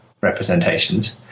representations